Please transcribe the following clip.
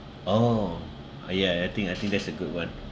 orh oh ya I think I think that's a good one